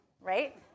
right